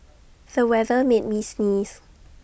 the weather made me sneeze